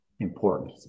Important